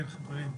כן, חברים.